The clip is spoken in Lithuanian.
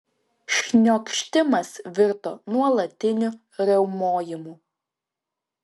šniokštimas virto nuolatiniu riaumojimu